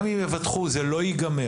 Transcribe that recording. גם אם יבטחו זה לא ייגמר.